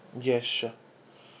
yes sure